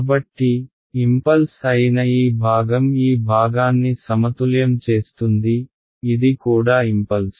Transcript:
కాబట్టి ఇంపల్స్ అయిన ఈ భాగం ఈ భాగాన్ని సమతుల్యం చేస్తుంది ఇది కూడా ఇంపల్స్